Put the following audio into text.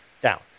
down